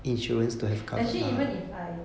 actually even if I